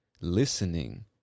listening